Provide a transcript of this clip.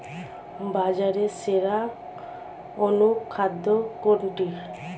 বাজারে সেরা অনুখাদ্য কোনটি?